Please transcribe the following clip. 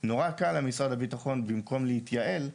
נורא קל למשרד הביטחון במקום להתייעל,